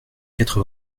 quatre